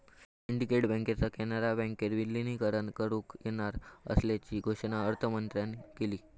syndicate बँकेचा कॅनरा बँकेत विलीनीकरण करुक येणार असल्याची घोषणा अर्थमंत्र्यांन केली